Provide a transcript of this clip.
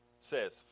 says